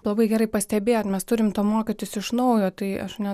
labai gerai pastebėjot mes turim to mokytis iš naujo tai aš ne